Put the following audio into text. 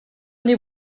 honi